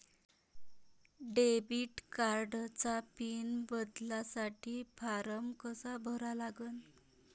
Debit कार्डचा PIN बदलासाठी form कसा भरा लागन?